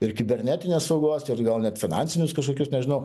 ir kibernetinės saugos ir gal net finansinius kažkokius nežinau